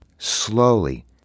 Slowly